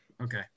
Okay